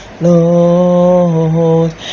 lord